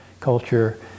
culture